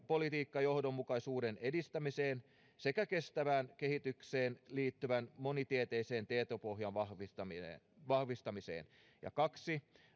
politiikkajohdonmukaisuuden edistämiseen sekä kestävään kehitykseen liittyvän monitieteisen tietopohjan vahvistamiseen ja kaksi